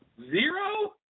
Zero